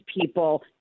people